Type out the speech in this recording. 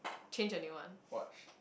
change anyone